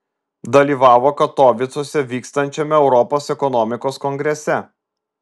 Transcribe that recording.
dalyvavo katovicuose vykstančiame europos ekonomikos kongrese